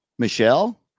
Michelle